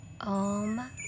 Om